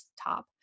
top